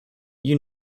you